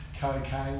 cocaine